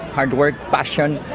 hard work, passion,